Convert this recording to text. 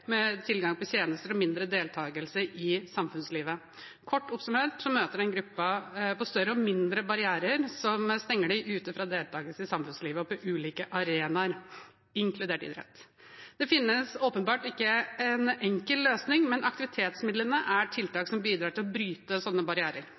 tilgang på tjenester og mindre deltagelse i samfunnslivet. Kort oppsummert møter denne gruppen på større og mindre barrierer som stenger dem ute fra deltakelse i samfunnslivet på ulike arenaer, inkludert idrett. Det finnes åpenbart ikke en enkel løsning, men aktivitetsmidlene er